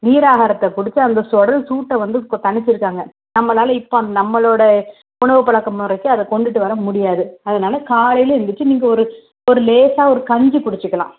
நீராகாரத்தை குடித்து அந்த குடல் சூட்டை வந்து கு தணிச்சுருக்காங்க நம்மளால் இப்போ நம்மளோடய உணவு பழக்க முறைக்கி அதை கொண்டுகிட்டு வரமுடியாது அதனால் காலையில் எழுந்திரிச்சி நீங்கள் ஒரு ஒரு லேசாக ஒரு கஞ்சி குடிச்சுக்கலாம்